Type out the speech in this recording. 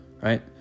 right